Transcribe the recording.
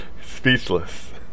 Speechless